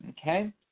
Okay